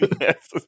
Yes